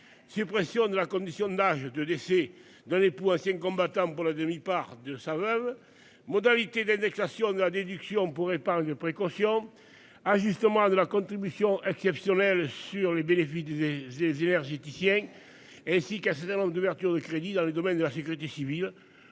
Suppression de la condition d'âge de décès de l'époux, ancien combattant pour la demi-part de sa veuve modalités d'indexation de la déduction pourrait pas précaution. Justement de la contribution exceptionnelle sur les bénéfices des énergéticiens ainsi qu'à certain nombre d'ouvertures de crédits dans les domaines de la sécurité civile